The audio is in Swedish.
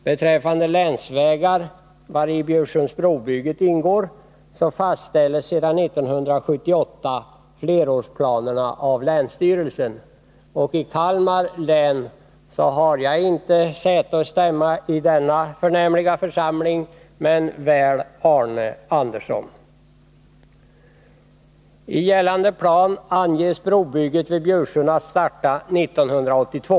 Beträffande länsvägar, vari Bjursundsbrobygget ingår, fastställs sedan 1978 flerårsplanerna av länsstyrelsen. I Kalmar län har jag inte säte och stämma i denna förnämliga församling, men väl Arne Andersson. I gällande plan anges brobygget vid Bjursund starta 1982.